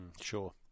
sure